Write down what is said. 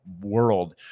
world